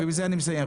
ובזה אני מסיים,